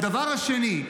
והדבר השני,